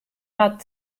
hat